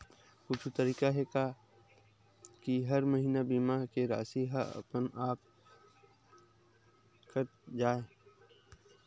कुछु तरीका हे का कि हर महीना बीमा के राशि हा अपन आप कत जाय?